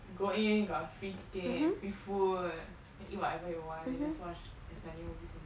go in already you got free ticket free food can eat whatever you want then just watch as many movies as you want